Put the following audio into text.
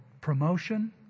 promotion